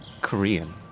Korean